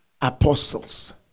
apostles